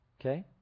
okay